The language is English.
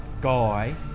guy